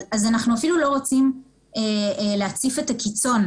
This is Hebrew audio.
אז אנחנו אפילו לא רוצים להציף את הקיצון,